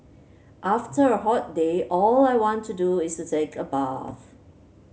after a hot day all I want to do is take a bath